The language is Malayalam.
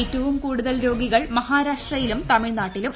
ഏറ്റവും കൂടുതൽപൂരോഗികൾ മഹാരാഷ്ട്രയിലും തമിഴ്നാട്ടിലും